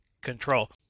control